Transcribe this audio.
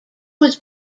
was